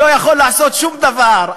לא יכול לעשות שום דבר.